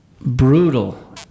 brutal